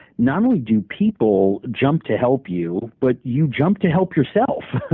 not only do people jump to help you, but you jump to help yourself.